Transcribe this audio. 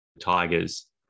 Tigers